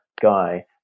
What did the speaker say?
guy